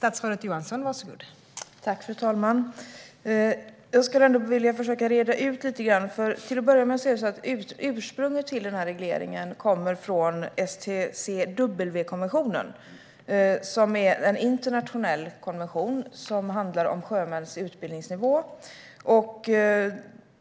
Fru talman! Jag skulle vilja försöka reda ut detta lite grann. Till att börja med är ursprunget till den här regleringen STCW-konventionen, en internationell konvention som handlar om sjömäns utbildningsnivå.